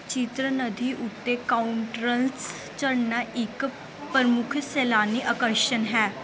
ਚਿੱਤਰ ਨਦੀ ਉੱਤੇ ਕਾਊਟਰੱਲਮ ਝਰਨਾ ਇੱਕ ਪ੍ਰਮੁੱਖ ਸੈਲਾਨੀ ਆਕਰਸ਼ਣ ਹੈ